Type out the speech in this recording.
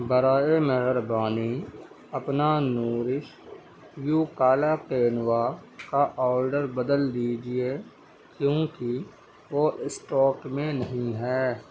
برائے مہربانی اپنا نورش یو کالا قینوا کا آڈر بدل دیجیے کیوںکہ وہ اسٹاک میں نہیں ہے